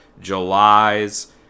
July's